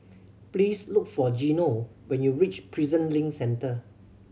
please look for Geno when you reach Prison Link Centre